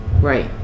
right